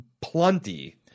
plenty